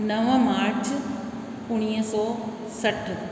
नव मार्च उणिवीह सौ सठि